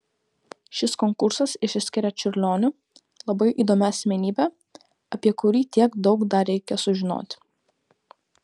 šis konkursas išsiskiria čiurlioniu labai įdomia asmenybe apie kurį tiek daug dar reikia sužinoti